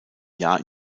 jahr